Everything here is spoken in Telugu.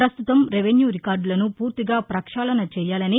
ప్రస్తుతం రెవెన్యూ రికార్డలను పూర్తిగా ప్రక్షాళనచెయ్యాలని